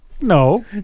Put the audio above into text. No